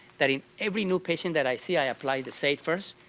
that in every new patient that i see, i apply the seid first,